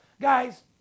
Guys